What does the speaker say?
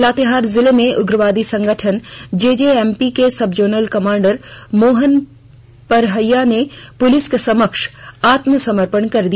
लातेहार जिले में उग्रवादी संगठन जेजेएमपी के सबजोनल कमांडर मोहन परहिया ने पुलिस के समक्ष आत्मसमर्पण कर दिया